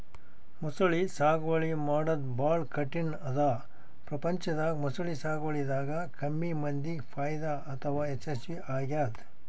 ಮೊಸಳಿ ಸಾಗುವಳಿ ಮಾಡದ್ದ್ ಭಾಳ್ ಕಠಿಣ್ ಅದಾ ಪ್ರಪಂಚದಾಗ ಮೊಸಳಿ ಸಾಗುವಳಿದಾಗ ಕಮ್ಮಿ ಮಂದಿಗ್ ಫೈದಾ ಅಥವಾ ಯಶಸ್ವಿ ಆಗ್ಯದ್